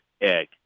egg